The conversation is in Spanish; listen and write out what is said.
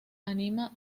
anima